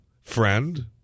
friend